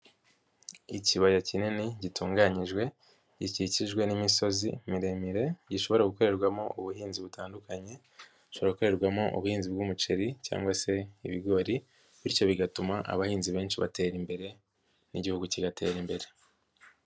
Ikibaya kinini gitunganyijwe gikikijwe n'imisozi miremire gishobora gukorerwamo ubuhinzi butandukanye, gikorerwamo ubuhinzi bw'umuceri cyangwa se ibigori, bityo bigatuma abahinzi benshi batera imbere n'Igihugu kigatera imbere.